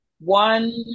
one